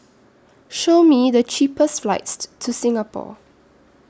Show Me The cheapest flights to Singapore